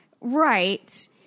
Right